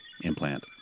implant